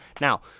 Now